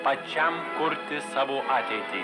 pačiam kurti savo ateitį